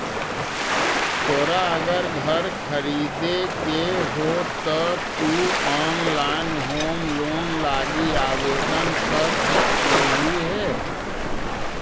तोरा अगर घर खरीदे के हो त तु ऑनलाइन होम लोन लागी आवेदन कर सकलहुं हे